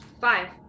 Five